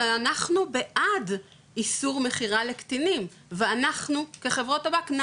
אלא אנחנו בעד איסור מכירה לקטינים ואנחנו כחברות טבק,